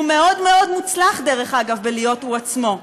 הוא מאוד מאוד מוצלח, דרך אגב, בלהיות הוא עצמו.